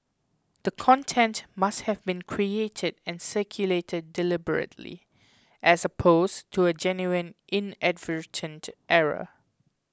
the content must have been created and circulated deliberately as opposed to a genuine inadvertent error